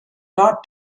not